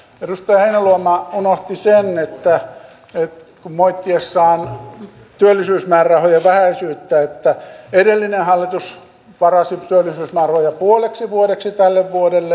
edustaja heinäluoma unohti moittiessaan työllisyysmäärärahojen vähäisyyttä että edellinen hallitus varasi työllisyysmäärärahoja puoleksi vuodeksi tälle vuodelle